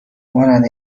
مانند